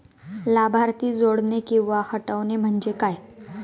लाभार्थी जोडणे किंवा हटवणे, म्हणजे काय?